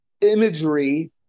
imagery